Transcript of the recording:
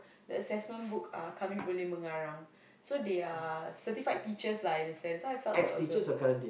the assessment book uh kami boleh mengarang so they are certified teachers lah in a sense so I felt that was a